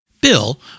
Bill